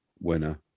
Winner